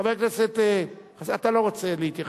חבר הכנסת, אתה לא רוצה להתייחס.